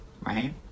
right